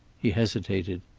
he hesitated.